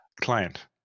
Client